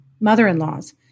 mother-in-laws